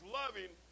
loving